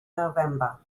november